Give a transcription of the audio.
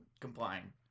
complying